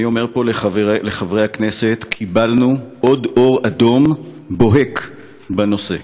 אני אומר פה לחברי הכנסת: קיבלנו עוד אור אדום בוהק בנושא,